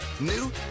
New